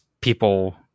people